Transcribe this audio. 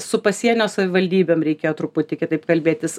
su pasienio savivaldybėm reikėjo truputį kitaip kalbėtis